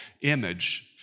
image